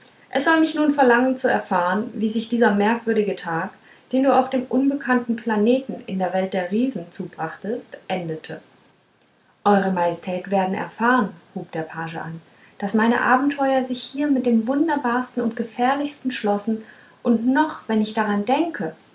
es soll mich nur verlangen zu erfahren wie sich dieser merkwürdige tag den du auf dem unbekannten planeten in der welt der riesen zubrachtest endete eure majestät werden erfahren hub der page an daß meine abenteuer sich hier mit dem wunderbarsten und gefährlichsten schlossen und noch wenn ich daran denke